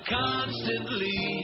constantly